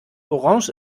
orange